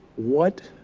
what